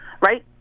Right